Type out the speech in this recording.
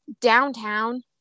downtown